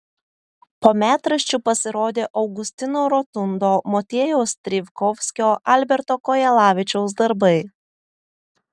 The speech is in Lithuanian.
po metraščių pasirodė augustino rotundo motiejaus strijkovskio alberto kojalavičiaus darbai